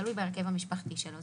תלוי בהרכב המשפחתי שלו.